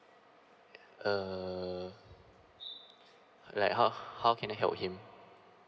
err like how how can I help him